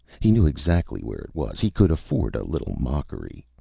he knew exactly where it was. he could afford a little mockery.